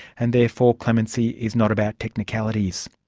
and therefore clemency is not about technicalities.